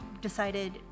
decided